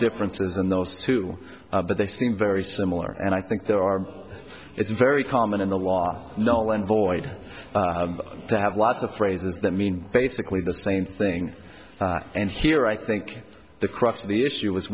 differences in those two but they seem very similar and i think there are it's very common in the law nolan void to have lots of phrases that mean basically the same thing and here i think the crux of the issue